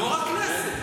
יו"ר הכנסת.